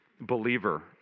believer